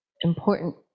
important